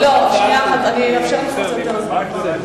שנייה אחת, אני אאפשר לך קצת יותר זמן.